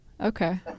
okay